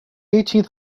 eighteenth